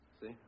See